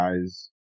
guys